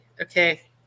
Okay